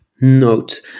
note